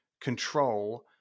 control